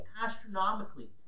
astronomically